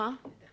אז קצת